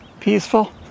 Peaceful